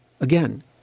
again